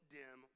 dim